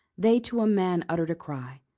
they to a man uttered a cry.